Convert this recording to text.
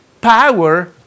power